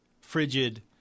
frigid